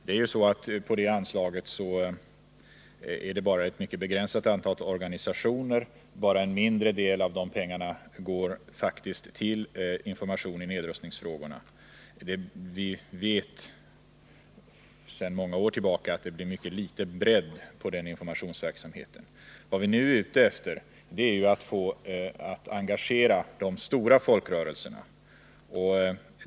Det är bara ett mycket begränsat antal organisationer som får bidrag från det anslaget, och endast en mindre del av dessa pengar går till information i nedrustningsfrågorna. Vi vet sedan många år tillbaka att det blir mycket liten bredd på den informationsverksamheten. Vad vi nu är ute efter är att få engagera de stora folkrörelserna.